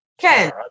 Ken